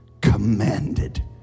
commanded